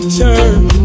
turn